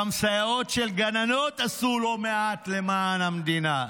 גם סייעות של גננות עשו לא מעט למען המדינה,